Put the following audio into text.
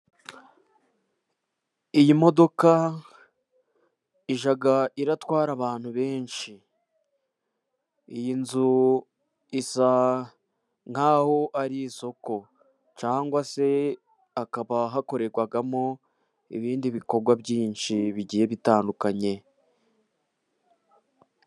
Iyi modoka ijya itwara abantu benshi, iyi nzu isa nk'aho ari isoko cyangwa se hakorerwamo ibindi bikorwa byinshi bigiye bitandukanye.